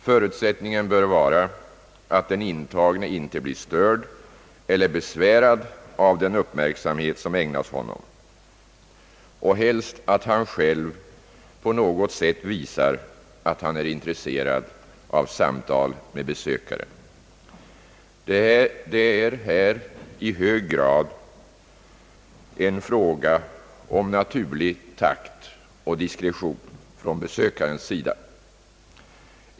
Förutsättningen bör vara att den intagne inte blir störd eller besvärad av den uppmärksamhet som ägnas honom och helst att han själv på något sätt visar att han är intresserad av samtal med besökaren. Det är här i hög grad en fråga om naturlig takt och diskretion från besökarens sida.